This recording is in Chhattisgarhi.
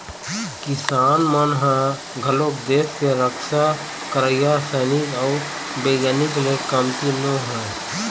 किसान मन ह घलोक देस के रक्छा करइया सइनिक अउ बिग्यानिक ले कमती नो हे